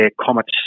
comets